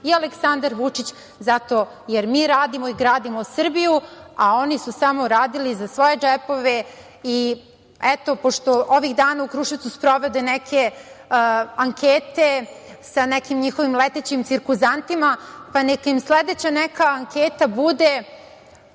i Aleksandar Vučić, jer mi radimo i gradimo Srbiju, a oni su samo radili za svoje džepove i eto, pošto ovih dana u Kruševcu sprovode neke ankete sa nekim njihovim letećim cirkuzantima, pa nek im sledeća neka anketa bude